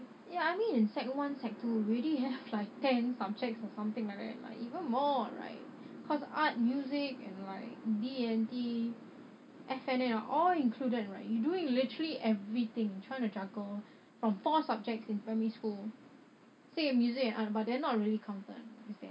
ya I mean in sec one sec two already have like ten subjects or something like that lah even more right cause art music and like D&T F&N are all included in right you doing literally everything trying to juggle from four subjects in primary school say music and art but they're not really counted there